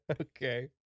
Okay